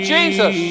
Jesus